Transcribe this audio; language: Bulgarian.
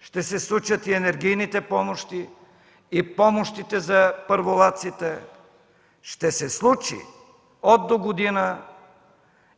ще се случат и енергийните помощи, и помощите за първолаците, ще се случи от догодина